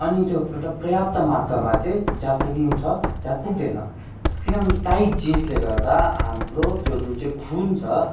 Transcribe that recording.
अनि त्यो मतलब पर्याप्त मात्रामा चाहिँ जहाँ पुग्नु छ त्यहाँ पुग्दैन किनभने टाइट जिन्सले गर्दा हाम्रो त्यो जुन चाहिँ खुन छ